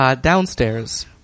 Downstairs